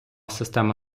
система